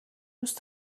دوست